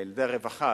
לילדי הרווחה,